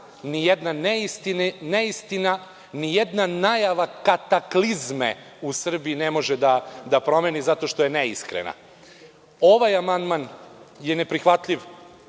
nijedna neistina, nijedna najava kataklizme u Srbiji da promeni, zato što je neiskrena. Ovaj amandman je neprihvatljiv